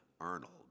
Arnold